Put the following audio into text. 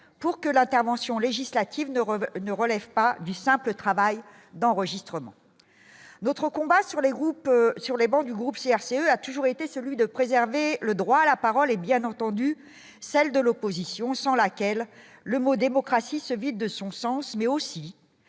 pour que l'intervention législative ne ne relève pas du simple travail d'enregistrement d'autres combats sur les groupes sur les bancs du groupe CRCE a toujours été celui de préserver le droit à la parole et, bien entendu, celle de l'opposition, sans laquelle le mot démocratie se vide de son sens, mais aussi